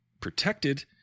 protected